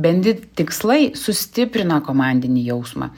bendri tikslai sustiprina komandinį jausmą